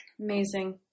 Amazing